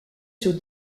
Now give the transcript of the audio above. sur